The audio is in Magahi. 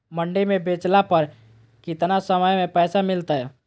मंडी में बेचला पर कितना समय में पैसा मिलतैय?